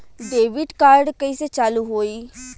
Debit card कइसे चालू होई?